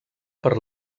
per